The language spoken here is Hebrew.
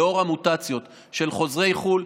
לנוכח המוטציות של חוזרי חו"ל,